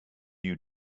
you